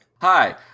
Hi